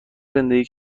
زندگی